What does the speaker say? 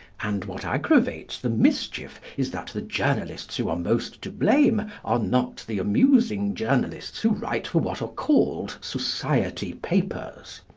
and what aggravates the mischief is that the journalists who are most to blame are not the amusing journalists who write for what are called society papers.